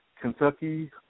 Kentucky